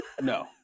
No